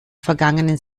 vergangenen